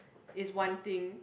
is one thing